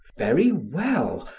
very well,